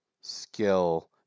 skill